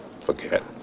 forget